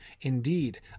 Indeed